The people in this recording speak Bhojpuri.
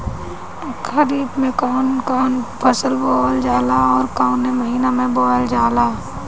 खरिफ में कौन कौं फसल बोवल जाला अउर काउने महीने में बोवेल जाला?